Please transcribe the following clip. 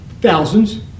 Thousands